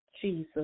jesus